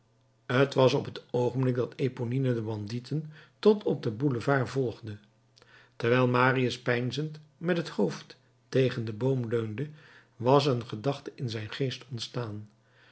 t was op het oogenblik dat eponine de bandieten tot op den boulevard volgde terwijl marius peinzend met het hoofd tegen den boom leunde was een gedachte in zijn geest ontstaan